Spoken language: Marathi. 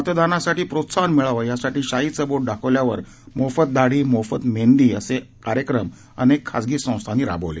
मतदानासाठी प्रोत्साहन मिळावं यासाठी शाईचं बोट दाखवल्यावर मोफत दाढी मोफत मेंदी असे कार्यक्रम खासगी संस्थांनी राबवले